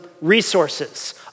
resources